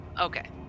Okay